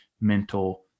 mental